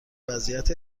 وضعیت